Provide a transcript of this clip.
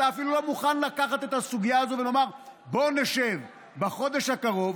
אתה אפילו לא מוכן לקחת את הסוגיה הזאת ולומר: בוא נשב בחודש הקרוב,